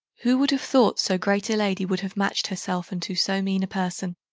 who would have thought so great a lady would have match'd herself unto so mean a person?